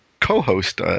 Co-host